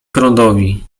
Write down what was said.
prądowi